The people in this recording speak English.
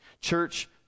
Church